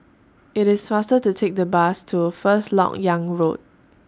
IT IS faster to Take The Bus to First Lok Yang Road